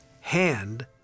hand